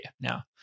now